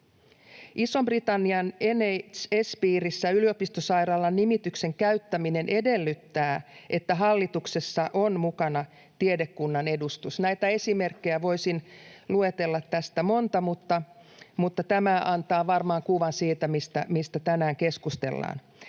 Ison-Britannian NHS-piirissä yliopistosairaala-nimityksen käyttäminen edellyttää, että hallituksessa on mukana tiedekunnan edustus. Näitä esimerkkejä voisin luetella tässä monta, mutta tämä antaa varmaan kuvan siitä, mistä tänään keskustellaan.